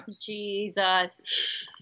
Jesus